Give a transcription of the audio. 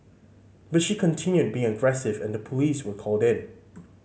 but she continued being aggressive and the police were called in